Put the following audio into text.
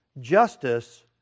Justice